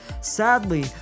Sadly